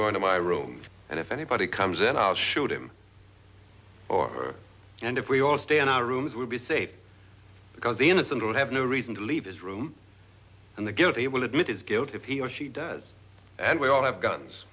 going to my room and if anybody comes in i'll shoot him or her and if we all stay in our rooms will be safe because the innocent will have no reason to leave his room and the guilty will admit his guilt if he or she does and we all have guns